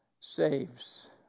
saves